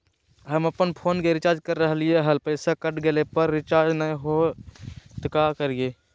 हम अपन फोन के रिचार्ज के रहलिय हल, पैसा कट गेलई, पर रिचार्ज नई होलई, का करियई?